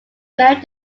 married